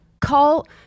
Call